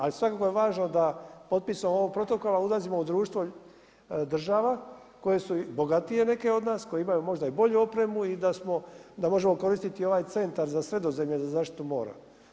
Ali svakako je važno da potpisom ovog protokola ulazimo u društvo država koje su bogatije neke od nas, koje imaju možda i bolju opremu i da možemo koristiti ovaj centar za Sredozemlje za zaštitu mora.